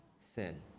sin